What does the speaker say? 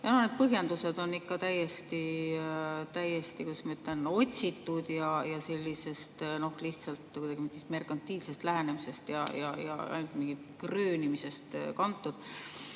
Nende põhjendused on ikka täiesti otsitud ja sellisest, noh, merkantiilsest lähenemisest ja ainult mingist kröönimisest kantud.